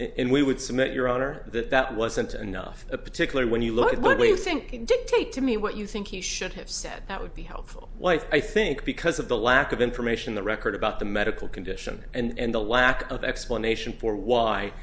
and we would submit your honor that that wasn't enough a particular when you look at what we think can dictate to me what you think he should have said that would be helpful wife i think because of the lack of information the record about the medical condition and the lack of explanation for why